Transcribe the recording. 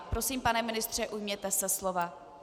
Prosím, pane ministře, ujměte se slova.